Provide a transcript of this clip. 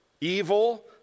evil